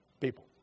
people